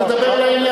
הוא מדבר לעניין,